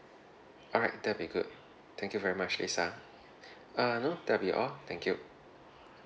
alright that will be good thank you very much lisa uh no that will be all thank you